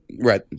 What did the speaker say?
Right